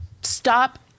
stop